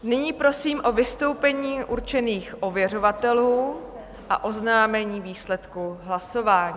Nyní prosím o vystoupení určených ověřovatelů a oznámení výsledku hlasování.